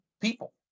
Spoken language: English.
people